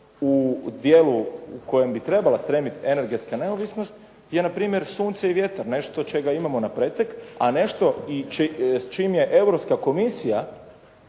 u dijelu u kojem bi trebala stremiti energetska neovisnost, je npr. sunce i vjetar, nešto čega imamo na pretek. A nešto i s čime je Europska komisija